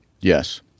Yes